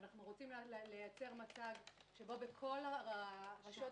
ואנחנו רוצים לייצר מצב שבו בכל הרשויות